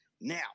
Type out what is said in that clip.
Now